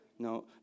No